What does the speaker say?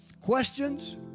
Questions